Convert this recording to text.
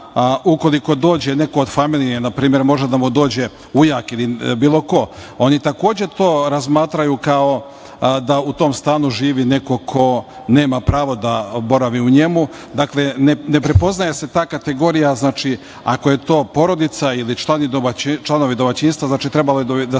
neko od familije, može da mu dođe ujak ili bilo, oni to takođe razmatraju kao da u tom stanu živi neko ko nema pravo da boravi u njemu. Dakle, ne prepoznaje se ta kategorija, znači, da li je to porodica ili članovi domaćinstva. Trebalo bi da